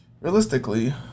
realistically